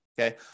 okay